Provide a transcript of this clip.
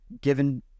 given